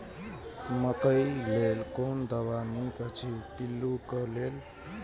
मकैय लेल कोन दवा निक अछि पिल्लू क लेल?